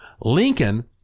Lincoln